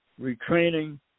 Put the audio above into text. retraining